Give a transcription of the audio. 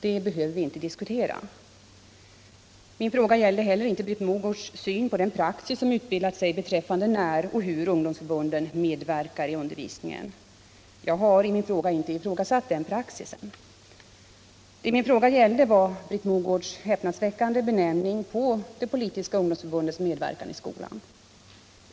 Det behöver vi inte diskutera. Nr 24 Min fråga gällde heller inte Britt Mogårds syn på den praxis som utbildats beträffande när och hur ungdomsförbunden medverkar i undervisningen. Jag ifrågasatte inte denna praxis i min fråga. lat ärter Vad min fråga gällde var Britt Mogårds häpnadsväckande benämning Om innebörden av på politiska ungdomsförbunds medverkan i skolan.